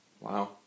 Wow